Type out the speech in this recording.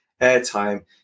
airtime